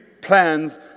plans